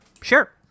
Sure